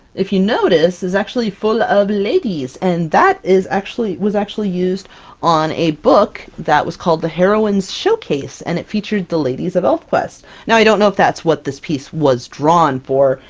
if you notice, is actually full of ladies, and that is, actually, it was actually used on a book that was called the heroines showcase, and it featured the ladies of elfquest! now, i don't know if that's what this piece was drawn for.